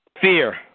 fear